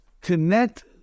Connect